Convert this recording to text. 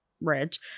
rich